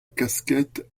casquette